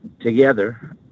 together